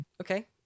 okay